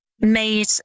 made